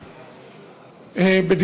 תודה,